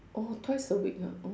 oh twice a week ah oh